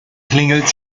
klingelt